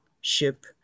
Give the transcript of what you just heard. ship